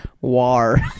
War